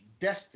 destiny